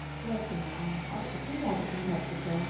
சூப்பராக இருக்குமா ஆர்ட்ரு எத்தனை வாட்டி ஆர்ட்ரு பண்ணி சாப்பிட்ருக்க